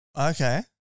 Okay